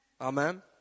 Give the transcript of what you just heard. Amen